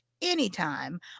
anytime